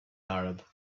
arab